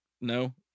no